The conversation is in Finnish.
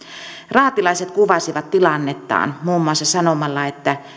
raatilaiset kuvasivat tilannettaan muun muassa sanomalla että